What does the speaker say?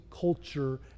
culture